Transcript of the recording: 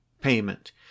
payment